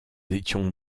étions